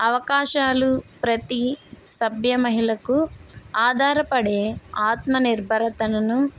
అవకాశాలు ప్రతి సభ్య మహిళకు ఆధారపడే ఆత్మ నిర్భరతనను